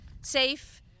safe